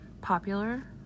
popular